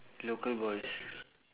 local boys